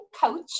coach